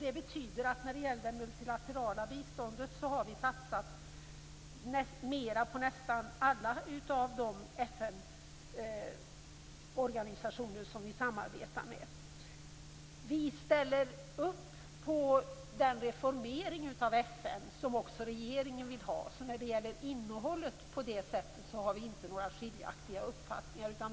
Det betyder att vi när det gäller det multilaterala biståndet har satsat mera på nästan alla de FN-organisationer som Sverige samarbetar med. Vi ställer oss bakom den reformering av FN som också regeringen vill ha. Vi har i det avseendet alltså inga skiljaktiga uppfattningar när det gäller innehållet.